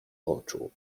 oczu